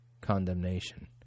condemnation